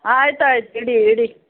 ಆಯ್ತು ಆಯ್ತು ಇಡಿ ಇಡಿ